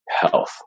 health